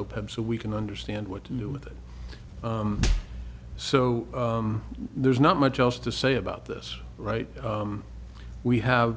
open so we can understand what to do with it so there not much else to say about this right we have